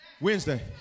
Wednesday